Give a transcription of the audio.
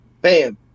bam